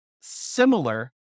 similar